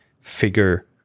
figure